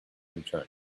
return